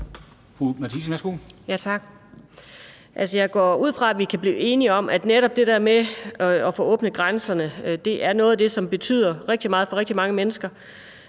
Anni Matthiesen (V): Tak. Jeg går ud fra, at vi kan blive enige om, at netop det der med at få åbnet grænserne er noget af det, som betyder rigtig meget for rigtig mange mennesker,